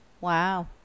Wow